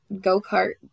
go-kart